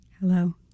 Hello